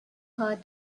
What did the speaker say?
her